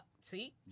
See